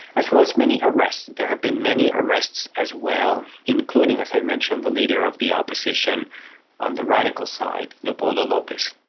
as well as many arrests. arrests. there have been many arrests as well, including, as i mentioned, the leader of the opposition on the radical side, leopoldo lopez.